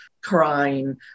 crying